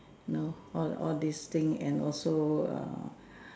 know all all these thing and also err